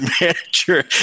manager